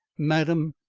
madam!